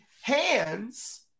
hands